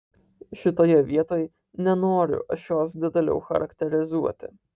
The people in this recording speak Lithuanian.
šitoje vietoj nenoriu aš jos detaliau charakterizuoti